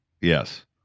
Yes